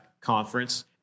conference